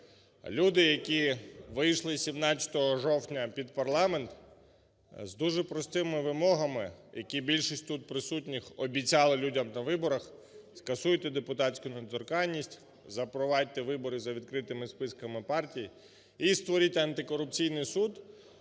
Люди, які вийшли 17 жовтня під парламент з дуже простими вимогами, які більшість тут присутніх обіцяли людям на виборах: скасуйте депутатську недоторканість, запровадьте вибори за відкритими списками партій і створіть антикорупційний суд,